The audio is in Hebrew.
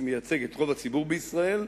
שמייצג את רוב הציבור בישראל,